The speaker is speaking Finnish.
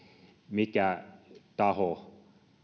mikä taho